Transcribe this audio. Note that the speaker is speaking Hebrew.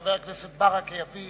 שחבר הכנסת ברכה יביא